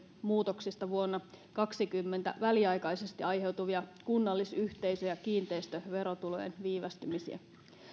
muutoksista vuonna kaksikymmentä väliaikaisesti aiheutuvia kunnallis yhteisö ja kiinteistöverotulojen viivästymisiä